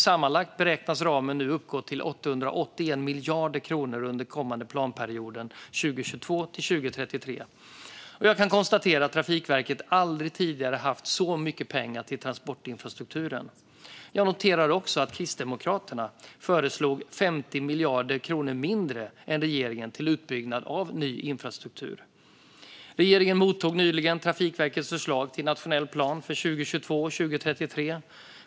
Sammanlagt beräknas ramen uppgå till 881 miljarder kronor under den kommande planperioden 2022-2033. Jag kan konstatera att Trafikverket aldrig tidigare haft så mycket pengar till transportinfrastrukturen. Jag noterar också att Kristdemokraterna föreslog 50 miljarder kronor mindre än regeringen till utbyggnad av ny infrastruktur. Regeringen mottog nyligen Trafikverkets förslag till nationell plan för 2022-2033.